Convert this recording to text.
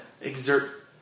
exert